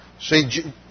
See